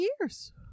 years